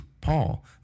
Paul